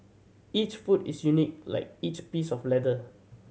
each foot is unique like each piece of leather